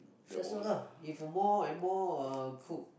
that's all ah if more and more uh cook